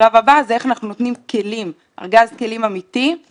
אצל הנשים אנחנו מסתכלים על בוגרות של